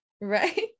right